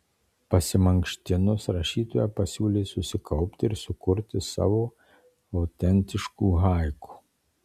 pasimankštinus rašytoja pasiūlė susikaupti ir sukurti savo autentiškų haiku